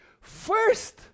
First